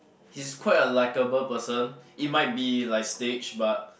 he's quite a likable person it might be like staged but